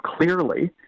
clearly